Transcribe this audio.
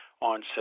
on